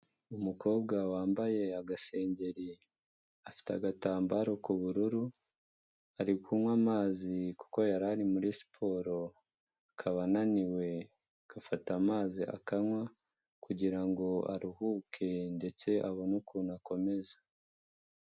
Umukobwa wambaye agasengeri, afite agatambaro k'ubururu, ari kunywa amazi kuko yarari muri siporo akaba ananiwe, agafata amazi akanywa kugira ngo aruhuke ndetse abone ukuntu akomeza.